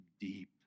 deep